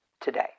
today